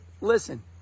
Listen